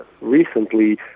recently